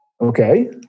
Okay